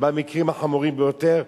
במקרים החמורים ביותר,